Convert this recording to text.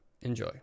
Enjoy